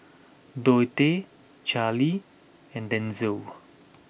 Dontae Charlie and Denzell